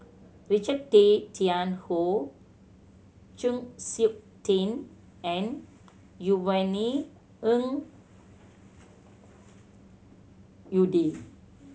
Richard Tay Tian Hoe Chng Seok Tin and Yvonne Ng Uhde